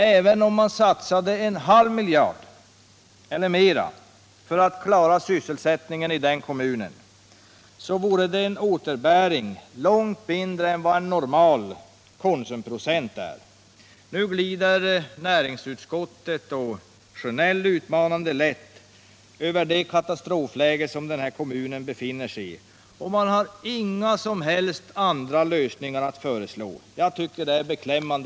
Även om man satsade en halv miljard eller mera för att klara sysselsättningen i den här kommunen, så vore det en återbäring långt mindre än en normal Konsumprocent. Nu glider näringsutskottet och Bengt Sjönell utmanande lätt över det katastrofläge som kommunen befinner sig i, och man har inga som helst andra lösningar att föreslå. Jag tycker att det är beklämmande.